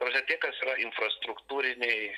ta prasme tie kas yra infrastruktūriniai